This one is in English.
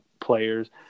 players